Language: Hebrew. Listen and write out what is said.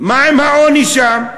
מה עם העוני שם?